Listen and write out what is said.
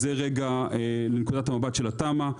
זה מנקודת המבט של התמ"א.